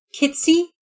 Kitsy